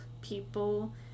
people